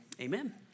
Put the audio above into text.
Amen